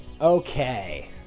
Okay